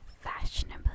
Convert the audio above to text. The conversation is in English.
fashionably